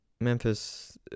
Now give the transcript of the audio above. Memphis